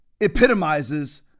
epitomizes